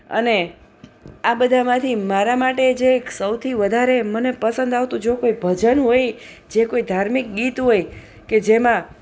અને આ બધામાંથી મારા માટે જે એક સૌથી વધારે મને પસંદ આવતું જો કોઈ ભજન હોય જે કોઈ ધાર્મિક ગીત હોય કે જેમાં